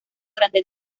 durante